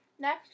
Next